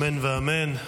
אמן ואמן.